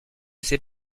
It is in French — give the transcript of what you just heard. sait